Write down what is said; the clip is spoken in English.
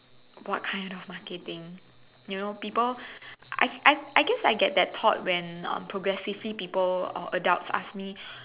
what kind of marketing you know people I I guess I get the thought when progressively people or adults ask me